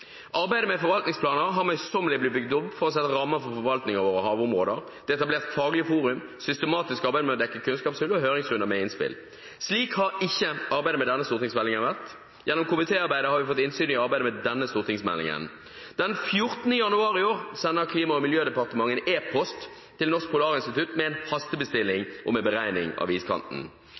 Arbeidet med forvaltningsplaner har møysommelig blitt bygd opp for å sette rammer for forvaltningen av våre havområder. Det er etablert faglige forum, systematisk arbeid med å dekke kunnskapshull og høringsrunder med innspill. Slik har ikke arbeidet med denne stortingsmeldingen vært. Gjennom komitéarbeidet har vi fått innsyn i arbeidet med denne stortingsmeldingen. Den 14. januar i år sender Klima- og miljødepartementet en e-post til Norsk Polarinstitutt med en hastebestilling om en beregning av iskanten.